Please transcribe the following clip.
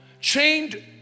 chained